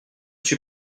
suis